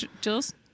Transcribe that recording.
Jules